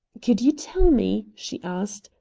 could you tell me, she asked,